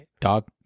dog